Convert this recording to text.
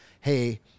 hey